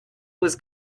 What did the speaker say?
was